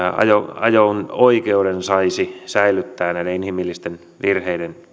ajo oikeuden saisi säilyttää näiden inhimillisten virheiden